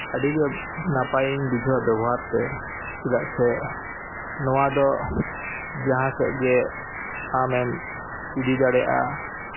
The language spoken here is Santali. ᱟᱹᱰᱤᱜᱮ ᱱᱟᱯᱟᱭᱤᱧ ᱵᱩᱡᱷᱟᱹᱣᱟ ᱵᱮᱵᱚᱦᱟᱨ ᱛᱮ ᱪᱮᱫᱟᱜ ᱥᱮ ᱱᱚᱣᱟ ᱫᱚ ᱡᱟᱦᱟᱸ ᱥᱮᱫ ᱜᱮ ᱟᱢᱮᱢ ᱤᱫᱤ ᱫᱟᱲᱮᱜᱼᱟ